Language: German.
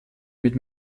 mit